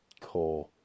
core